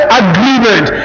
agreement